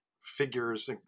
figures